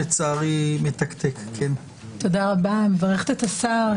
אני מברכת את השר,